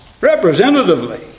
representatively